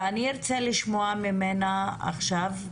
אני ארצה לשמוע ממנה עכשיו,